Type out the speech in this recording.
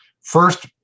first